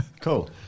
Cool